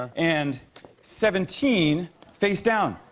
and seventeen facedown.